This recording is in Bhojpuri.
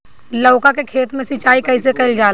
लउका के खेत मे सिचाई कईसे कइल जाला?